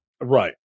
Right